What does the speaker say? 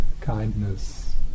kindness